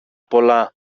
πολλά